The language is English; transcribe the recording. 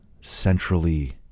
centrally